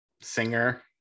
singer